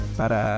para